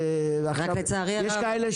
יש כאלה,